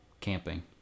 Camping